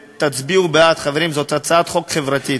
תצביעו בעד, חברים, זאת הצעת חוק חברתית.